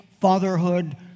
fatherhood